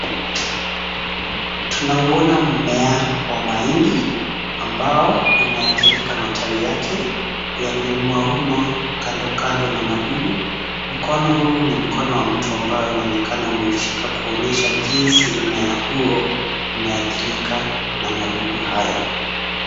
Tunauona mmea wa mahindi ambao umeathirika matawi yake, yameumwaumwa kando kando na madudu. Mkono huu ni mkono wa mtu ambao unaonekana umeushika kuonyesha jinsi mmea huo umeathirika na madudu hayo.